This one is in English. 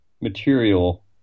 material